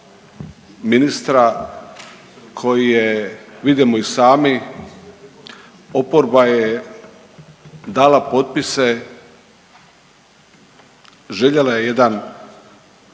ministra koji je, vidimo i sami, oporba je dala potpise, željela je jedan